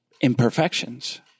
imperfections